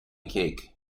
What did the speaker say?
cake